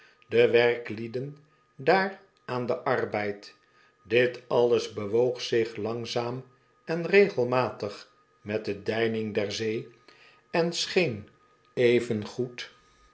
de werklieden daar aan den arbeid dit alles bewoog zich langzaam en regelmatig met de deining d er zee en scheen evengoed